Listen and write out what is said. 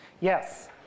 Yes